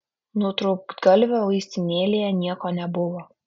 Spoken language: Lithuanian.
nutrūktgalvio vaistinėlėje nieko nebuvo